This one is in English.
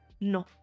no